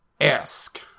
esque